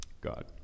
God